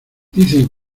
dicen